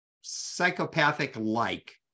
psychopathic-like